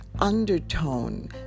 undertone